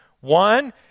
One